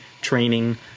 training